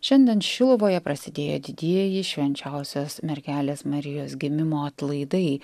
šiandien šiluvoje prasidėjo didieji švenčiausios mergelės marijos gimimo atlaidai